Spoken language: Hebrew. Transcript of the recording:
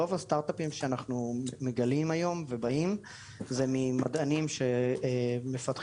רוב הסטרטאפים שאנחנו מגלים היום ובאים הם ממדענים שמפתחים,